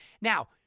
Now